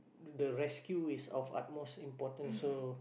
the rescue is of upmost important so